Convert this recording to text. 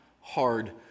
hard